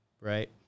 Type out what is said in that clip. right